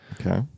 Okay